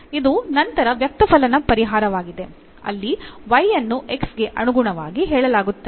ಇದು ನಂತರ ವ್ಯಕ್ತಫಲನ ಪರಿಹಾರವಾಗಿದೆ ಅಲ್ಲಿ y ಅನ್ನು x ಗೆ ಅನುಗುಣವಾಗಿ ಹೇಳಲಾಗುತ್ತದೆ